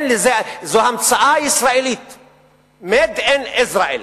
זו המצאה ישראלית, made in Israel .